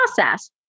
process